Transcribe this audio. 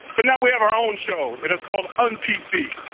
but now we have our own show. it is called un-pc,